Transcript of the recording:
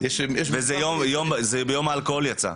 זה ביום האלכוהול יצא,